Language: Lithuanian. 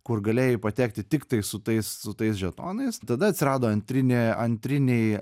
kur galėjai patekti tiktai su tais su tais žetonais tada atsirado antrinė antriniai